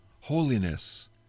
holiness